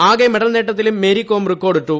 ആകെ മെഡൽ നേട്ടത്തിലും മേരികോം റിക്കോർഡിട്ടു